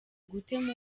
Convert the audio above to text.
gutema